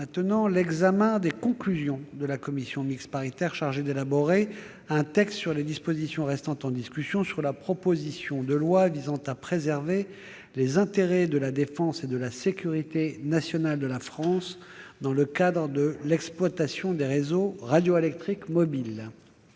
appelle l'examen des conclusions de la commission mixte paritaire chargée d'élaborer un texte sur les dispositions restant en discussion sur la proposition de loi visant à préserver les intérêts de la défense et de la sécurité nationale de la France dans le cadre de l'exploitation des réseaux radioélectriques mobiles